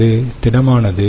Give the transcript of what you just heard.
அது திடமானது